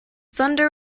thunder